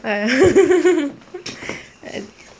!haiya!